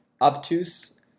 obtuse